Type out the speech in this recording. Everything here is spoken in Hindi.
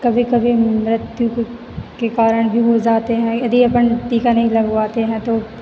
कभी कभी मृत्यु के कारण भी हो जाते हैं यदि अपन टीका नहीं लगवाते हैं तो